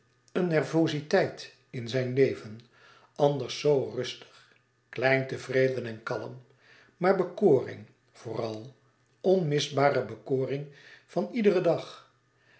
een nervoziteit in zijn leven anders zoo rustig klein tevreden en kalm maar bekoring vooral onmisbare bekoring van iederen dag